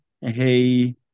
Hey